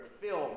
film